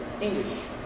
English